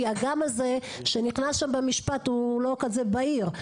כי הגם הזה שנכנס שם במשפט הוא לא כזה בהיר,